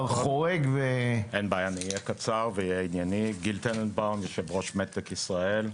אני גיל טננבאום, יושב-ראש מדטק ישראל.